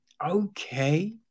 Okay